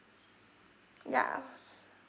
yeah